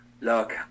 look